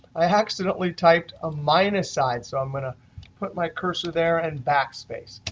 i accidentally typed a minus sign, so i'm going to put my cursor there, and backspace,